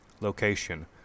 Location